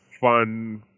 fun